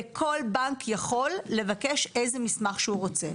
וכל בנק יכול לבקש איזה מסמך שהוא רוצה.